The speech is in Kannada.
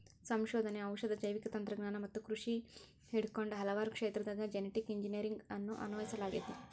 ಸಂಶೋಧನೆ, ಔಷಧ, ಜೈವಿಕ ತಂತ್ರಜ್ಞಾನ ಮತ್ತ ಕೃಷಿ ಹಿಡಕೊಂಡ ಹಲವಾರು ಕ್ಷೇತ್ರದಾಗ ಜೆನೆಟಿಕ್ ಇಂಜಿನಿಯರಿಂಗ್ ಅನ್ನು ಅನ್ವಯಿಸಲಾಗೆತಿ